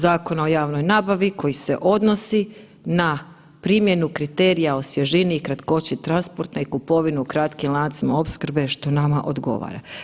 Zakona o javnoj nabavi koji se odnosi na primjenu kriterija o svježini i kratkoći transportne i kupovinu u kratkim lancima opskrbe što nama odgovara.